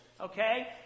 Okay